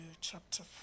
chapter